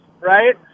right